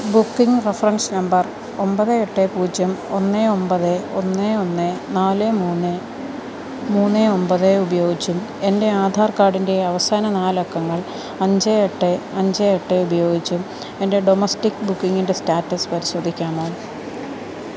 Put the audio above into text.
booking reference number ഒമ്പത് എട്ട് പൂജ്യം ഒന്ന് ഒമ്പത് ഒന്ന് ഒന്ന് നാല് മൂന്ന് മൂന്ന് ഒമ്പത് ഉപയോഗിച്ചും എൻ്റെ ആധാർ കാർഡിൻ്റെ അവസാന നാലക്കങ്ങൾ അഞ്ച് എട്ട് അഞ്ച് എട്ട് ഉപയോഗിച്ചും എൻ്റെ ഡൊമസ്റ്റിക് ബുക്കിംഗിൻ്റെ സ്റ്റാറ്റസ് പരിശോധിക്കാമോ